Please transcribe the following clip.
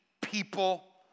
people